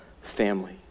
family